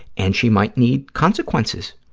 and she might need consequences.